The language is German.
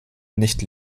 nicht